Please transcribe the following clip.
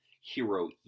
hero